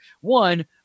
one